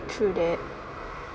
true that